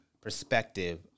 perspective